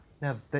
Now